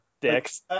dicks